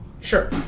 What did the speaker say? Sure